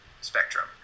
spectrum